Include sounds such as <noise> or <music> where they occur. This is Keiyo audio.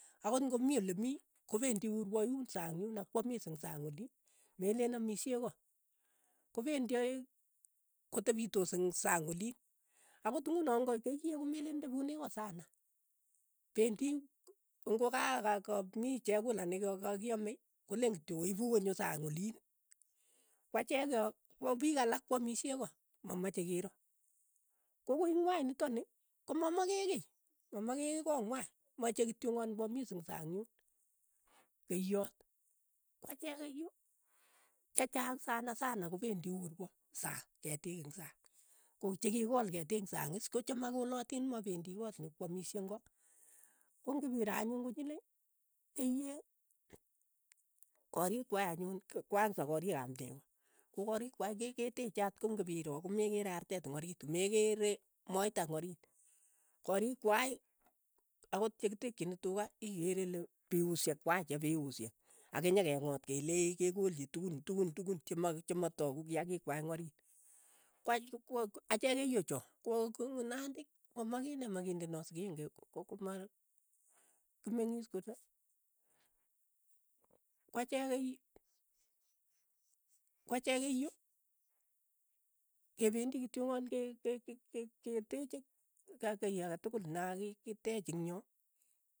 Akot ngo mi ole mii, ko pendi urwaa yuun sang yun akwamis ing sang oliin, melen amishei koo, kopendi aeng' kotepitos eng sang oliin, akot ng'uno ngo keiyek komeleen tepune kooot, sana, pendi ng'o ka ka- kamii chekula ne ka- kakiame, koleen kityo oipu konyo sang oliin, kwachek kea ko piik alak kwamishe ko, mamache kiro, kokoingwai nitok ni, komamakekei, mamake kiy ko ngw'ai. mache kityong'an kwamis ing sang yun, keiyot, kwachek keiyo chechaang sana sanakopendi urwa saang, ketiik ing sang, ko chikikol ketiik eng sang is, ko che makolatin mapendi koot nyikwamishei ing ko, kong'ipiro anyun konyilei, keiyek, koriik kwai anyun kwanza koriik ap ndeu, ko koriik kwai ke- keteeche atko ng'ipiroo komekere artet ing oriit, mekere moita ing oriit, koriik kwai akot chekitekchini tuka ikere ile piushek kwai che piushek, akinyekeng'ot keleech kekolchi tukun tukun tukun chema chemataku kiakiik kwai eng' oriit, kwa <unintelligible> achek keiyo cho, ko- ko nandi komakine makindeno sikenge ko- ko koma makimeng'is kole, kwa cheek keiyo kependi kityongan ke- ke- keteeche kiy ake tokol ne kakiteech ing yo.